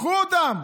קחו אותם.